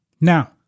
Now